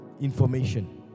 information